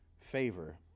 favor